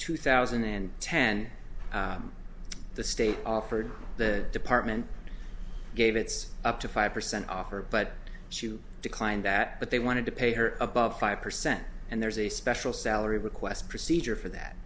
two thousand and ten the state offered the department gave its up to five percent off her but she declined that but they wanted to pay her above five percent and there's a special salary request procedure for that